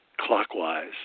clockwise